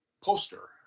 poster